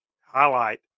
highlight